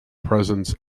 presence